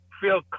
feel